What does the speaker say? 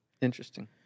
interesting